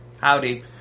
Howdy